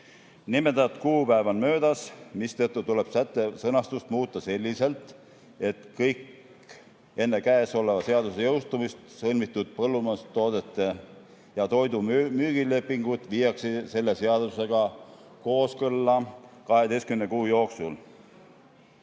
Nimetatud kuupäev on möödas, mistõttu tuleb sätte sõnastust muuta selliselt, et kõik enne käesoleva seaduse jõustumist sõlmitud põllumajandustoodete ja toidu müügilepingud viiakse selle seadusega kooskõlla 12 kuu jooksul